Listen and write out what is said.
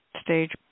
stage